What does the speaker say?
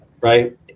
right